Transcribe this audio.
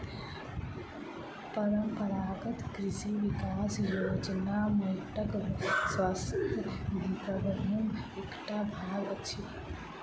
परंपरागत कृषि विकास योजना माइटक स्वास्थ्य प्रबंधनक एकटा भाग अछि